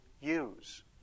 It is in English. use